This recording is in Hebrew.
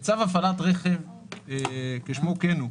צו הפעלת רכב - כשמו כן הוא.